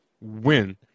win